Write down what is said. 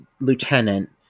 lieutenant –